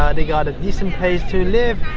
ah and got a decent place to live,